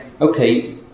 okay